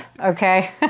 Okay